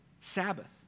Sabbath